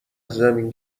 زمین